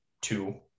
two